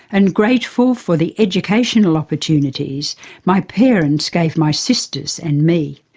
and grateful for the educational opportunities my parents gave my sisters and me.